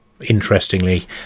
interestingly